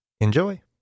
Enjoy